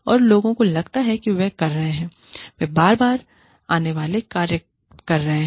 और लोगों को लगता है कि वे कर रहे हैं वे बार बार आने वाला कार्य कर रहे हैं